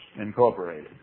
Incorporated